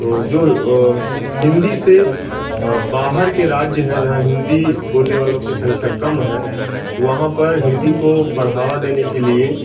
तो जो हिंदी से बाहर के राज्य हैं हिंदी बोलने वालों की संख्या कम है वहाँ पर हिंदी को बढ़ावा देने के लिए